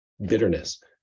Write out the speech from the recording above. bitterness